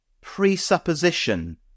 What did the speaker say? presupposition